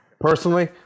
personally